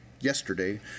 yesterday